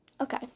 okay